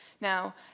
Now